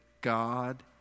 God